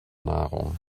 nahrung